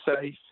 safe